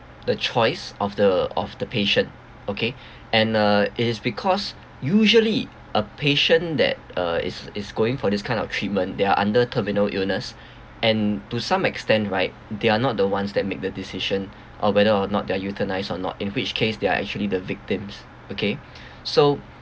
the choice of the of the patient okay and uh it is because usually a patient that uh is is going for this kind of treatment they're under terminal illness and to some extent right they are not the ones that make the decision of whether or not they are euthanized or not in which case they are actually the victims okay so